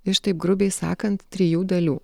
iš taip grubiai sakant trijų dalių